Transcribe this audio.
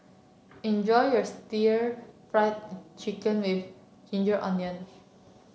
enjoy your stir Fry Chicken with ginger onion